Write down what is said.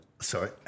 Sorry